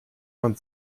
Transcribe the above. man